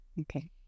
Okay